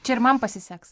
čia ir man pasiseks